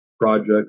project